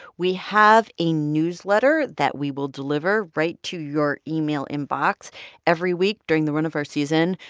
we have a newsletter that we will deliver right to your email inbox every week during the run of our season.